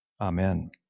Amen